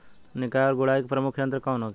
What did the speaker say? निकाई और गुड़ाई के प्रमुख यंत्र कौन होखे?